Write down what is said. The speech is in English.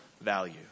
value